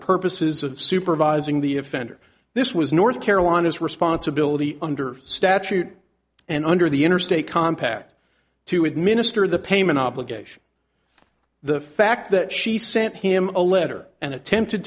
purposes of supervising the offender this was north carolina's responsibility under statute and under the interstate compact to administer the payment obligation the fact that she sent him a letter and attempted